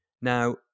now